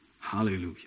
Hallelujah